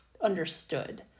understood